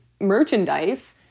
merchandise-